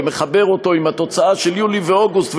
ומחבר אותו עם התוצאה של יולי ואוגוסט,